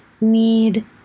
need